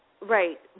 Right